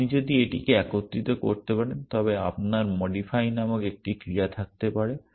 আপনি যদি এটিকে একত্রিত করতে পারেন তবে আপনার মোডিফাই নামক একটি ক্রিয়া থাকতে পারে